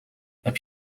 heb